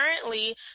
currently